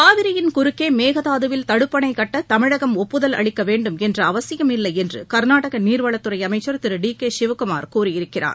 காவிரியின் குறுக்கே மேகதாதுவில் தடுப்பணை கட்ட தமிழகம் ஒப்புதல் அளிக்க வேண்டும் என்ற அவசியமில்லை என்று கர்நாடக நீர்வளத்துறை அமைச்சர் திரு டி கே சிவக்குமார் கூறியிருக்கிறார்